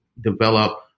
develop